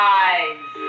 eyes